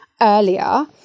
earlier